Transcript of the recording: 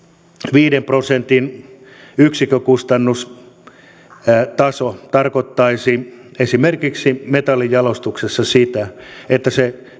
viiden prosentin yksikkökustannustaso tarkoittaisi esimerkiksi metallinjalostuksessa sitä että se